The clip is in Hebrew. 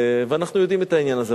ואנחנו יודעים את העניין הזה.